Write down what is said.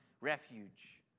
refuge